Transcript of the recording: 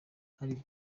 hari